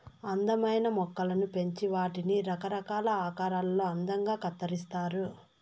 అందమైన మొక్కలను పెంచి వాటిని రకరకాల ఆకారాలలో అందంగా కత్తిరిస్తారు